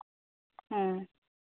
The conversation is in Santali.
ᱦᱮᱸ